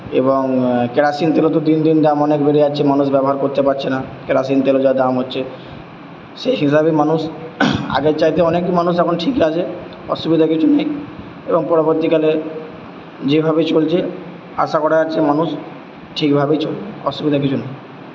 এবং কেরোসিন তেলও তো দিন দিন দাম অনেক বেড়ে যাচ্ছে মানুষ ব্যবহার করতে পারছে না কেরোসিন তেলের যা দাম হচ্ছে সেই হিসাবে মানুষ আগের চাইতে অনেক মানুষ এখন ঠিক আছে অসুবিধা কিছু নেই এবং পরবর্তীকালে যেভাবে চলছে আশা করা যাচ্ছে মানুষ ঠিকভাবে অসুবিধা কিছু নেই